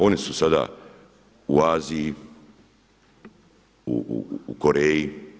Oni su sada u Aziji, u Koreji.